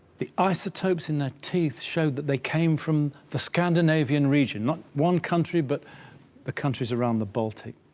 the isotopes in their teeth showed that they came from the scandinavian region not one country but the countries around the baltic,